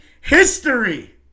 history